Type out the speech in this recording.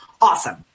awesome